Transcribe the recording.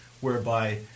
whereby